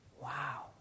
wow